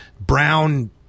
brown